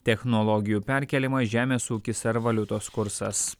technologijų perkėlimas žemės ūkis ar valiutos kursas